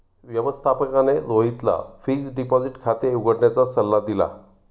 व्यवस्थापकाने रोहितला fixed deposit खाते उघडण्याचा सल्ला दिला